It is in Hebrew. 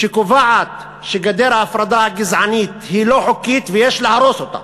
שקובעת שגדר ההפרדה הגזענית היא לא חוקית ויש להרוס אותה.